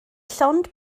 llond